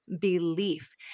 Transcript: belief